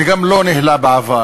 וגם לא ניהלה בעבר,